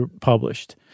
published